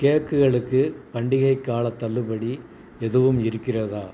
கேக்குகளுக்கு பண்டிகைக் காலத் தள்ளுபடி எதுவும் இருக்கிறதா